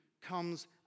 comes